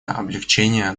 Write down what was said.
облегчения